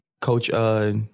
Coach